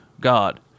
God